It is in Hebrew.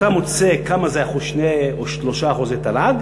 אתה מוצא כמה זה 2% או 3% תל"ג,